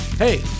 Hey